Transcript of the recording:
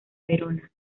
verona